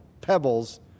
pebbles